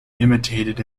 imitated